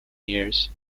years